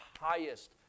highest